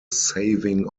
saving